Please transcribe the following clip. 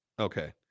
okay